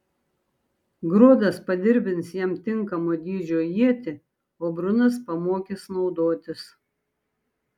grodas padirbins jam tinkamo dydžio ietį o brunas pamokys naudotis